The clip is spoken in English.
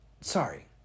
Sorry